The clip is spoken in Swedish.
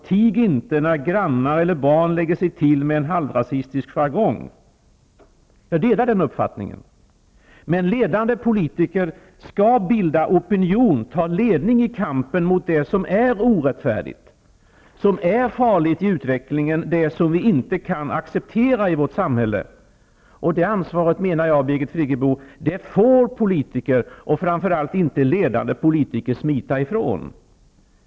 Tig inte när grannar eller barn lägger sig till med en halvrasistisk jargong! -- Jag delar den uppfattningen. Men ledande politiker skall bilda opinion och ta ledningen i kampen mot det som är orättfärdigt, som är farligt i utvecklingen, det som vi inte kan acceptera i vårt samhälle. Det ansvaret, menar jag, Birgit Friggebo, får inte politiker, och framför allt inte ledande politiker, smita ifrån.